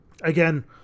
again